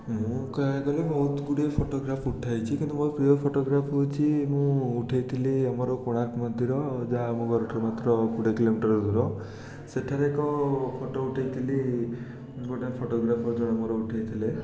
ମୁଁ କହିଆକୁ ଗଲେ ବହୁତଗୁଡ଼ିଏ ଫଟୋଗ୍ରାଫ୍ ଉଠା ହେଇଛି କିନ୍ତୁ ମୋର ପ୍ରିୟ ଫଟୋଗ୍ରାଫ୍ ହେଉଛି ମୁଁ ଉଠେଇଥିଲି ଆମର କୋଣାର୍କ ମନ୍ଦିର ଯାହା ଆମ ଘରଠାରୁ ମାତ୍ର କୋଡ଼ିଏ କିଲୋମିଟର୍ ଦୂର ସେଠାରେ ଏକ ଫଟୋ ଉଠେଇଥିଲି ଗୋଟେ ଫଟୋଗ୍ରାଫର ଜଣେ ମୋର ଉଠେଇଥିଲେ